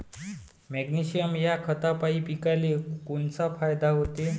Magnesium ह्या खतापायी पिकाले कोनचा फायदा होते?